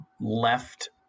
left